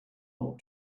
not